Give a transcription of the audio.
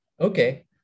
Okay